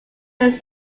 minute